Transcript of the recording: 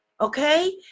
okay